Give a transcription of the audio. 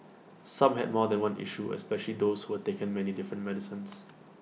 some had more than one issue especially those who were taking many different medicines